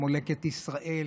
כמו לקט ישראל,